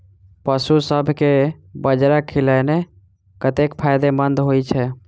पशुसभ केँ बाजरा खिलानै कतेक फायदेमंद होइ छै?